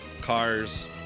cars